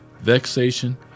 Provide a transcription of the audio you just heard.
vexation